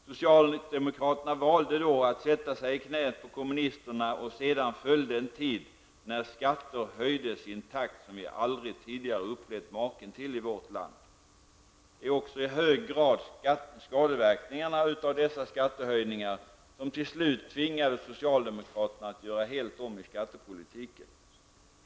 Socialdemokraterna valde då att sätta sig i knät på kommunisterna, och sedan följde en tid när skatter höjdes i en takt som vi aldrig tidigare upplevt maken till i vårt land. Det var också i hög grad skadeverkningarna av dessa skattehöjningar som till slut tvingade socialdemokraterna att göra helt om i skattepolitiken.